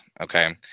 okay